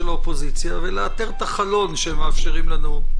האופוזיציה ולאתר את החלון שהם מאפשרים לנו.